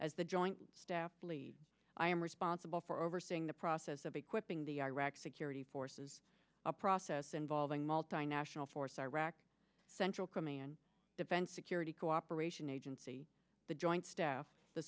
as the joint staff lead i am responsible for overseeing the process of equipping the iraqi security forces a process involving multinational force iraq central command defense security cooperation agency the joint staff the